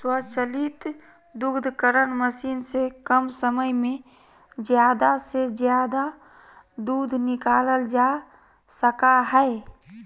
स्वचालित दुग्धकरण मशीन से कम समय में ज़्यादा से ज़्यादा दूध निकालल जा सका हइ